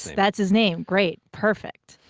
that's his name! great, perfect.